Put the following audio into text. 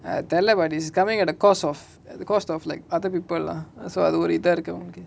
ah தெரில:therila but is coming at a cost of the cost of like other people lah so அது ஒரு இதா இருக்கு அவனுக்கு:athu oru itha iruku avanuku